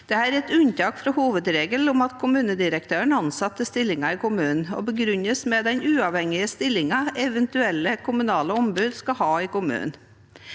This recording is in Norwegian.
Dette er et unntak fra hovedregelen om at kommunedirektøren ansetter til stillinger i kommunen, og begrunnes med den uavhengige stillingen eventuelle kommunale ombud skal ha i kommunen.